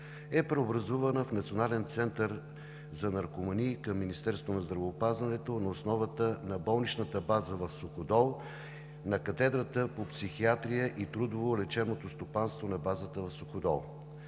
е преобразувана в Национален център за наркомании към Министерството на здравеопазването на основата на болничната база в Суходол, на Катедрата по психиатрия и Трудово-лечебното стопанство на базата в Суходол.